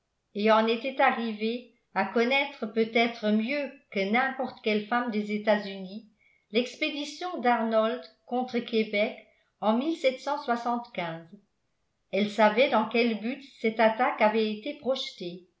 et en était arrivée à connaître peut-être mieux que n'importe quelle femme des etats-unis l'expédition d'arnold contre québec en elle savait dans quel but cette attaque avait été projetée